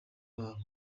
babo